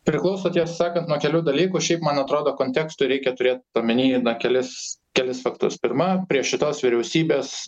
priklauso tiesą sakant nuo kelių dalykų šiaip man atrodo kontekstui reikia turėt omeny na kelis kelis faktus pirma prie šitos vyriausybės